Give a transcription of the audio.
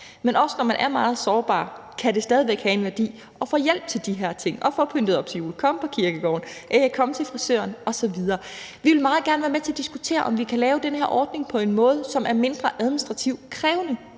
Men også når man er meget sårbar, kan det stadig væk have en værdi at få hjælp til de her ting – at få pyntet op til jul, at komme på kirkegården, at komme til frisøren osv. Vi vil meget gerne være med til at diskutere, om vi kan lave den her ordning på en måde, som er mindre administrativt krævende,